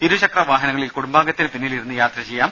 ഇരുചക്ര വാഹനങ്ങളിൽ രണ്ട് കുടുംബാംഗത്തിന് പിന്നിലിരുന്ന് യാത്ര ചെയ്യാം